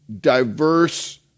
diverse